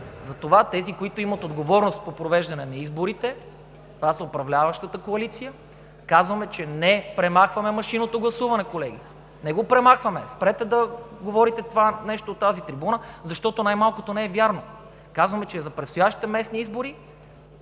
Затова тези, които имат отговорност по провеждане на изборите – това са управляващата коалиция, казваме, че не премахваме машинното гласуване! Колеги, не го премахваме! Спрете да говорите това нещо от тази трибуна, защото най-малкото не е вярно. Казваме, че за предстоящите местни избори